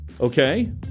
Okay